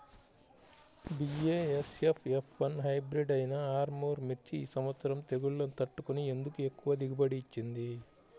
BASF F one hybrid అయినా Armour మిర్చి ఈ సంవత్సరం తెగుళ్లును తట్టుకొని ఎందుకు ఎక్కువ దిగుబడి ఇచ్చింది?